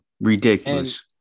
Ridiculous